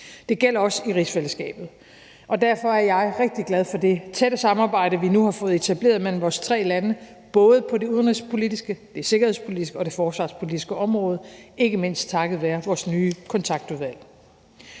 Det gælder også i rigsfællesskabet, og derfor er jeg rigtig glad for det tætte samarbejde, vi nu har fået etableret mellem vores tre lande, både på det udenrigspolitiske, det sikkerhedspolitiske og det forsvarspolitiske område, ikke mindst takket være vores nye kontaktudvalg.